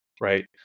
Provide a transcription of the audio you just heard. right